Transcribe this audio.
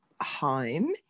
home